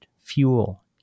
fuel